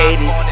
80s